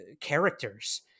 characters